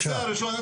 הנושא הראשון,